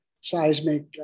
seismic